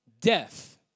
death